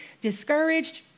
discouraged